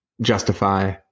justify